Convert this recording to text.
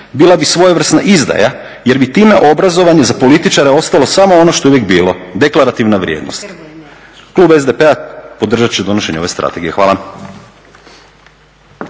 bila bi svojevrsna izdaja jer bi time obrazovanje za političare ostalo samo ono što je uvijek bilo, deklarativna vrijednost.". Klub SDP-a podržat će donošenje ove strategije. Hvala.